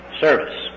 service